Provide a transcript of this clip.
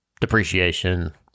depreciation